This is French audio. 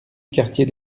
quartier